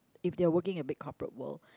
if they are working in big corporate world